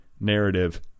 narrative